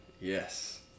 yes